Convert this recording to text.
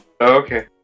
okay